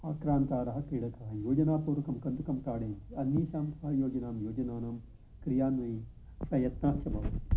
योजनानां क्रियान्वयी प्रयत्ना च भवति